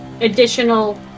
additional